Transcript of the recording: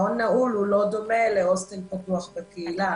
מעון נעול הוא לא דומה להוסטל פתוח בקהילה.